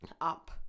up